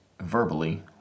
verbally